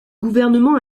gouvernement